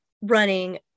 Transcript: running